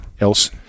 else